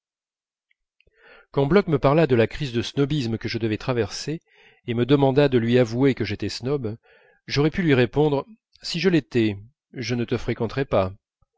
quand bloch me parla de la crise de snobisme que je devais traverser et me demanda de lui avouer que j'étais snob j'aurais pu lui répondre si je l'étais je ne te fréquenterais pas